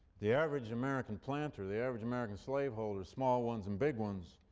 the average american planter, the average american slaveholder, small ones and big ones,